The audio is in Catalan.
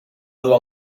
dur